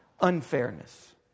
unfairness